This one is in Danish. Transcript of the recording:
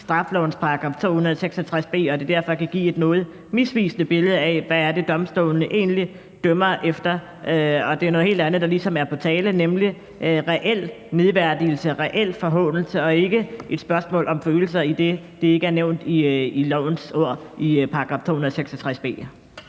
straffelovens § 266 b, og at det derfor kan give et noget misvisende billede af, hvad det er, domstolene egentlig dømmer efter, og at det er noget helt andet, der ligesom er på tale, nemlig reel nedværdigelse, reel forhånelse og ikke et spørgsmål om følelser, idet det ikke er nævnt i lovens ord i § 266